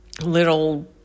little